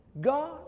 God